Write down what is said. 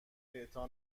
اعطا